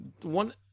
one